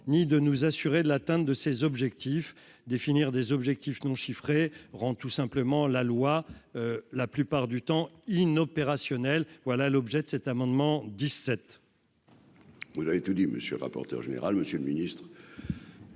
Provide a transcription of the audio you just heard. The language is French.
ni de nous assurer de l'atteinte de ces objectifs, définir des objectifs non rend tout simplement la loi, la plupart du temps in opérationnel, voilà l'objet de cet amendement 17. Vous avez tout dit, monsieur le rapporteur général, monsieur le Ministre.